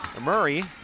Murray